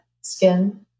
skin